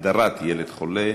הגדרת ילד חולה),